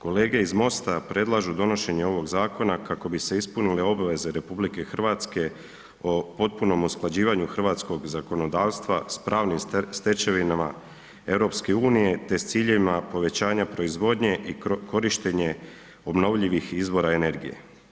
Kolege iz MOST-a predlažu donošenje ovog zakona kako bi se ispunile obveze RH o potpunom usklađivanju hrvatskog zakonodavstva sa pravnim stečevinama EU te s ciljevima povećanja proizvodnje i korištenje obnovljivih izvora energije.